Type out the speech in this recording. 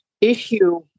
issue